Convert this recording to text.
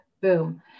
boom